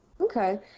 Okay